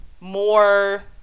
more